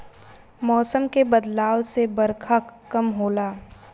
मौसम के बदलाव से बरखा कम होला